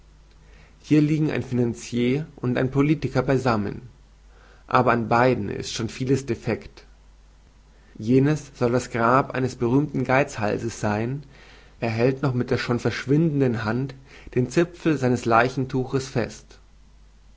hier liegen ein finanzier und ein politiker beisammen aber an beiden ist schon vieles defekt jenes soll das grab eines berühmten geizhalses sein er hält noch mit der schon verschwindenden hand den zipfel seines leichentuches fest